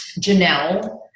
Janelle